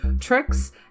tricks